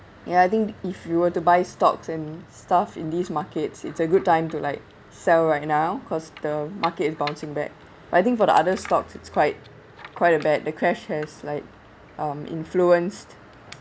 and I think if you were to buy stocks and stuff in these markets it's a good time to like sell right now because the market is bouncing back I think for the other stocks it's quite quite a bad the crash has like um influenced